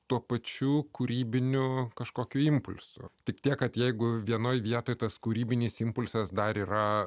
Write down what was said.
tuo pačiu kūrybiniu kažkokiu impulsu tik tiek kad jeigu vienoje vietoj tas kūrybinis impulsas dar yra